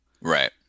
Right